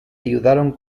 ayudaron